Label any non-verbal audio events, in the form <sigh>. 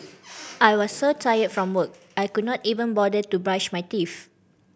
<noise> I was so tired from work I could not even bother to brush my teeth